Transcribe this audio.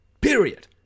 period